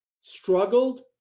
struggled